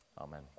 Amen